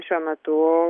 šiuo metu